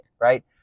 right